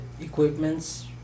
equipments